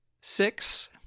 six